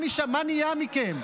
מה נהיה מכם?